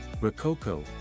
Rococo